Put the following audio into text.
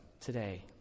today